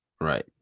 right